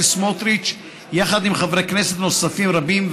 סמוטריץ יחד עם חברי כנסת נוספים רבים,